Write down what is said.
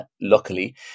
luckily